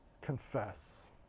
confess